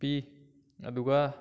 ꯄꯤ ꯑꯗꯨꯒ